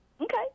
Okay